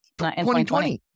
2020